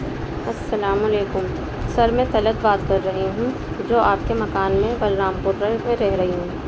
السلام علیکم سر میں طلعت بات کر رہی ہوں جو آپ کے مکان میں بلرام پوٹرل میں رہ رہی ہوں